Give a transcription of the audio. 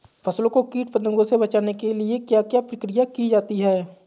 फसलों को कीट पतंगों से बचाने के लिए क्या क्या प्रकिर्या की जाती है?